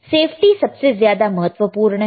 safety सबसे ज्यादा महत्वपूर्ण है